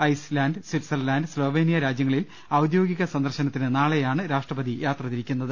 Iceland Switzerland Slovenia രാജ്യങ്ങളിൽ ഔദ്യോഗിക സന്ദർശനത്തിന് നാളെയാണ് രാഷ്ട്രപതി യാത്ര തിരിക്കുന്നത്